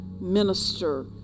minister